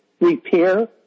repair